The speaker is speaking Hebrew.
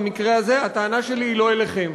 במקרה הזה הטענה שלי היא לא אליכם.